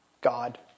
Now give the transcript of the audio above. God